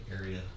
area